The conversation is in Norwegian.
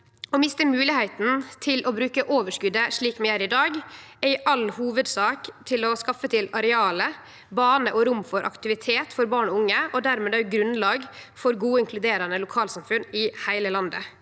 Vi mister moglegheita til å bruke overskotet slik vi gjer i dag, i all hovudsak til å skaffe areal, baner og rom for aktivitet for barn og unge, og dermed òg grunnlaget for gode og inkluderande lokalsamfunn i heile landet.